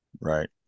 right